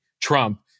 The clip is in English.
Trump